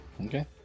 Okay